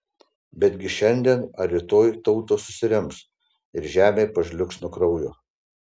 betgi šiandien ar rytoj tautos susirems ir žemė pažliugs nuo kraujo